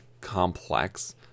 complex